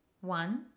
One